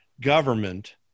government